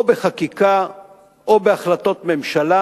או בחקיקה או בהחלטות ממשלה